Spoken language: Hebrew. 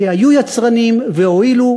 שהיו יצרניים והועילו,